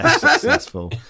successful